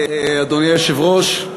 אדוני היושב-ראש,